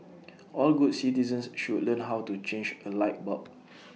all good citizens should learn how to change A light bulb